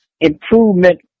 improvement